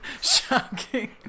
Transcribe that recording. shocking